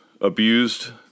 abused